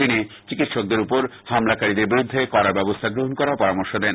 তিনি চিকিৎসকদের উপর হামলাকারীদের বিরুদ্ধে কডা ব্যবস্হা গ্রহণ করার পরামর্শ দেন